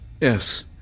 Yes